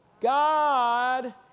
God